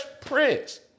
prince